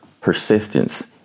persistence